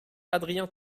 adrien